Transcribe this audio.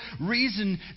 reason